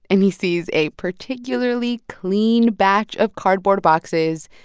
and he sees a particularly clean batch of cardboard boxes,